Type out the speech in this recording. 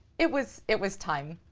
it was, it was time.